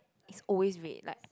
is always red like